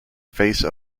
face